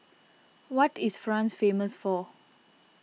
what is France famous for